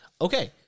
okay